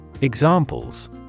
Examples